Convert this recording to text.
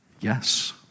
Yes